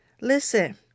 Listen